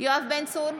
יואב בן צור,